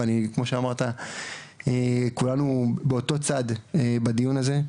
כמו שאמרת כולנו באותו צד בדיון הזה,